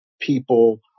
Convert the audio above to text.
people